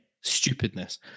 Stupidness